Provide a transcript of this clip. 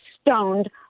stoned